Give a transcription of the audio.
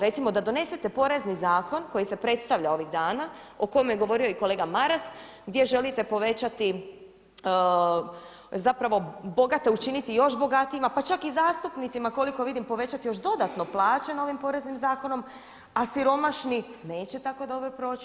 Recimo da donesete Porezni zakon koji se predstavlja ovih dana, o kojem je govorio i kolega Maras, gdje želite povećati zapravo bogate učiniti još bogatijima, pa čak i zastupnicima koliko vidim povećati još dodatno plaće novim Poreznim zakonom a siromašni neće tako dobro proći.